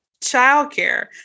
childcare